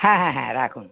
হ্যাঁ হ্যাঁ হ্যাঁ রাখুন